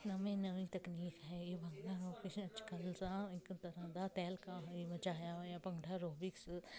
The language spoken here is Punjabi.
ਨਵੀਂ ਨਵੀਂ ਤਕਨੀਕ ਹੈ ਇਹ ਭੰਗੜਾ ਐਰੋਬਿਕਸ ਅੱਜ ਕੱਲ੍ਹ ਜਾਂ ਇੱਕ ਤਰ੍ਹਾਂ ਦਾ ਤਹਿਲਕਾ ਹੀ ਮਚਾਇਆ ਹੋਇਆ ਭੰਗੜਾ ਐਰੋਬਿਕਸ